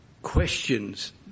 Questions